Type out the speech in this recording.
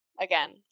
again